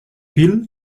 bill